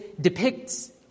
depicts